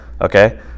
Okay